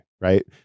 right